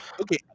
Okay